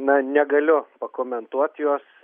na negaliu pakomentuot jos